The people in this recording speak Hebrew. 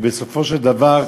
ובסופו של דבר,